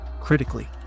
critically